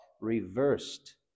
reversed